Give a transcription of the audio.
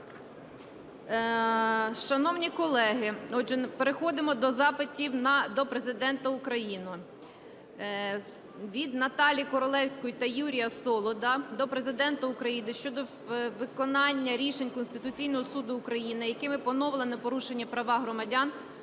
Шановні колеги, отже, переходимо до запитів до Президента України. Від Наталії Королевської та Юрія Солода до Президента України щодо виконання рішень Конституційного Суду України, якими поновлено порушені права громадян